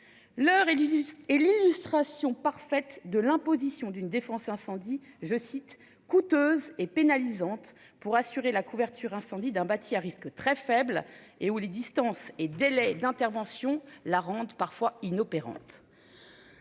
L'heure Lulu est l'illustration parfaite de l'imposition d'une défense incendie je cite coûteuse et pénalisante pour assurer la couverture incendie d'un bâti à risque très faible et où les distances et d'intervention la rendent parfois inopérante.